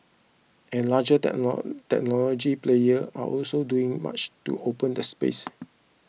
and larger technology players are also doing much to open the space